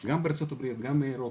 כמו ארצות הברית וגם באירופה,